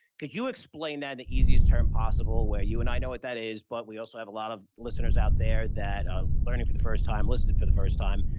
could you explain that in the easiest term possible, where you and i know what that is, but we also have a lot of listeners out there that are learning for the first time, listening for the first time,